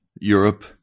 Europe